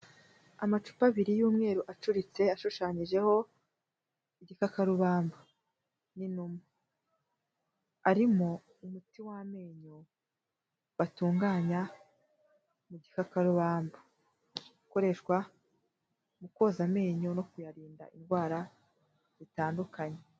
Amacupa abiri y'umweru acuritse ashushanyijeho igikakarubamba n'inuma, arimo umuti w'amenyo batunganya mu gikakarubamba, ukoreshwa mu koza amenyo no kuyarinda indwara zitandukanye.